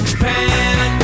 Japan